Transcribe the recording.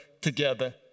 together